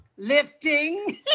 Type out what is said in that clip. Lifting